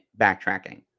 backtracking